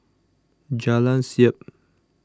Jalan Siap